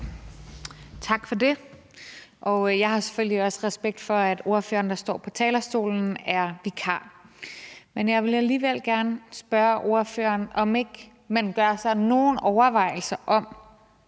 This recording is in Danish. Tak for det. Og jeg har selvfølgelig også respekt for, at ordføreren, der står på talerstolen, er vikar. Men jeg vil alligevel gerne spørge ordføreren, om man ikke gør sig nogen overvejelser om,